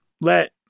let